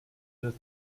that